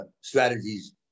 strategies